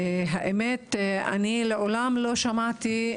האמת היא שמעולם לא שמעתי,